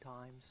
times